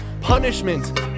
punishment